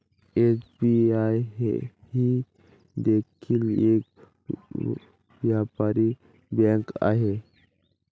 SBI ही देखील एक व्यापारी बँक आहे